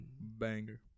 banger